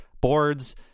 boards